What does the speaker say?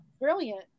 brilliant